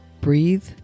breathe